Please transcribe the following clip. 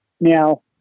Now